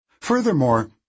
Furthermore